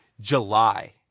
July